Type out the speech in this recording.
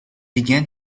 began